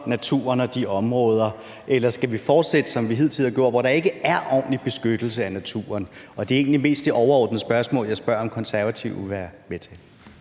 naturen og de områder, eller skal vi, som vi hidtil har gjort, fortsætte med, at der ikke er ordentlig beskyttelse af naturen? Og det er egentlig mest det overordnede spørgsmål, som jeg spørger om Konservative vil være med til.